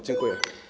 Dziękuję.